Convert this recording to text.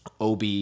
OB